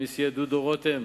מסייה דודו רותם,